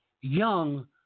young